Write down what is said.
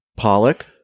Pollock